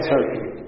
Turkey